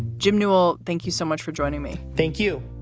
jim nual, thank you so much for joining me. thank you.